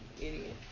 idiot